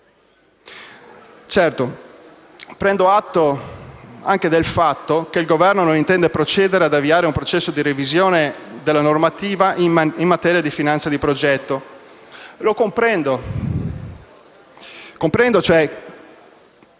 Prendo atto anche del fatto che il Governo non intende procedere ad avviare un processo di revisione della normativa in materia di finanza di progetto. Comprendo